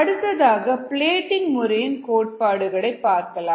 அடுத்ததாக பிளேடிங் முறையின் கோட்பாடு பார்க்கலாம்